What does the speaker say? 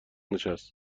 نشست